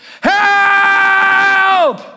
Help